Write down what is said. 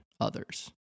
others